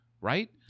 Right